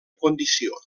condició